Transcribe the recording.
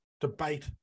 debate